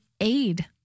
aid